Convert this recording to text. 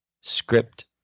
script